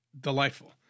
delightful